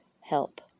help